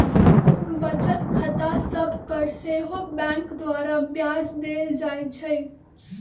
बचत खता सभ पर सेहो बैंक द्वारा ब्याज देल जाइ छइ